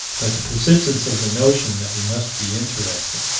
but the persistence of the notion that we must be interesting.